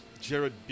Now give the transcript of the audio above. Jared